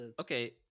okay